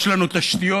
יש לנו תשתיות,